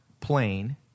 plane